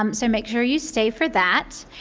um so make sure you stay for that.